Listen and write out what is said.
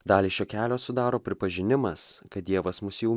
dalį šio kelio sudaro pripažinimas kad dievas mus jau